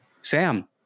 Sam